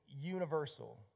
universal